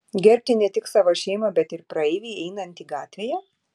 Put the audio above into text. gerbti ne tik savo šeimą bet ir praeivį einantį gatvėje